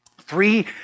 Three